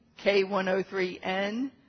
K103N